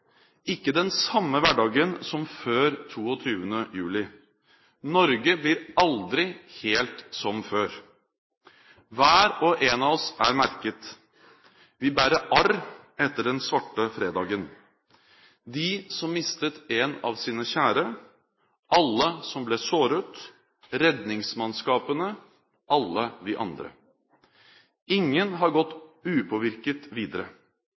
ikke den samme hverdagen som før 22. juli. Norge blir aldri helt som før. Hver og én av oss er merket. Vi bærer arr etter den svarte fredagen: De som mistet en av sine kjære, alle som ble såret, redningsmannskapene – alle vi andre. Ingen har gått upåvirket videre.